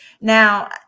now